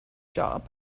job